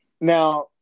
Now